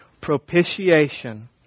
propitiation